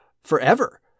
forever